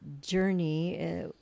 journey